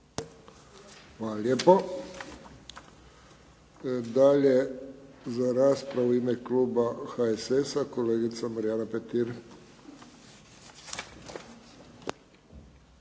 Hvala lijepo. Dalje za raspravu u ime kluba HSS-a, kolegica Marijana Petir.